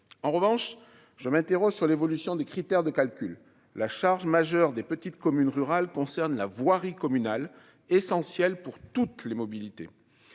en revanche, je m'interroge sur l'évolution des critères de calcul la charge majeur des petites communes rurales concernent la voirie communale est essentielle pour toutes les mobilités